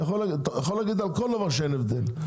אתה יכול להגיד על כל דבר שאין הבדל.